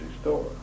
store